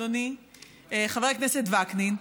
אדוני חבר הכנסת וקנין,